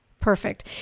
perfect